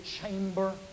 chamber